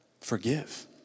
Forgive